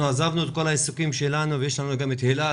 עזבנו את כל העיסוקים שלנו יש לנו גם את הילאל,